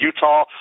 Utah